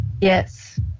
Yes